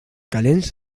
calents